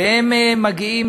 ומגיעים